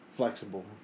Flexible